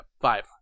five